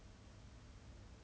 orh the 朋友的朋友